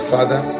Father